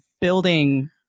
Building